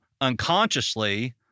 unconsciously